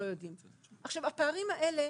מה זה המקרים האלה?